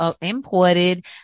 imported